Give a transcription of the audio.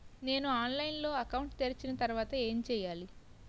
నేను ఆన్లైన్ లో అకౌంట్ తెరిచిన తర్వాత ఏం చేయాలి?